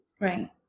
right